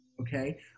okay